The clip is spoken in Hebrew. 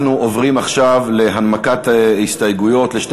אנחנו עוברים עכשיו להנמקת הסתייגויות לשתי